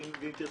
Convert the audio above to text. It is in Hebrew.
ואם תרצי,